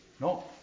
no